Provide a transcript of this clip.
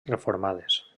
reformades